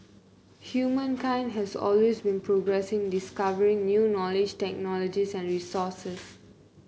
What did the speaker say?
humankind has always progressing discovering new knowledge technologies and resources